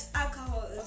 alcohol